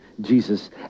Jesus